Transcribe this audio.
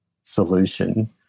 solution